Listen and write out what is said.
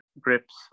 grips